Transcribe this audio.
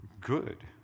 good